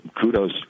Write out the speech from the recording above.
kudos